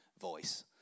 voice